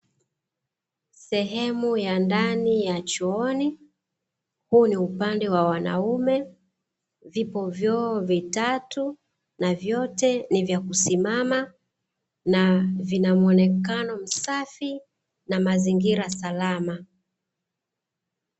Sehemu ya ndani ya chooni, huu ni upande wa wanaume. Vipo vyoo vitatu, na vyote ni vya kusimama na vina muonekano msafi na mazingira salama.